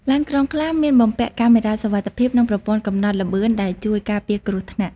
ឡានក្រុងខ្លះមានបំពាក់កាមេរ៉ាសុវត្ថិភាពនិងប្រព័ន្ធកំណត់ល្បឿនដែលជួយការពារគ្រោះថ្នាក់។